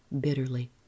bitterly